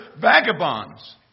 vagabonds